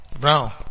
Brown